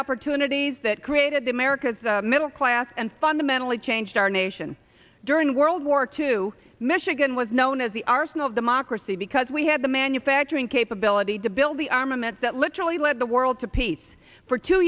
opportunities that created america's middle class and fundamentally changed our nation during world war two michigan was known as the arsenal of democracy because we had the manufacturing capability to build the armament that literally lead the world to peace for two